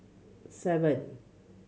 seven